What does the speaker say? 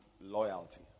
loyalty